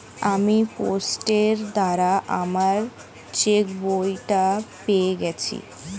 আমি পোস্টের দ্বারা আমার চেকবইটা পেয়ে গেছি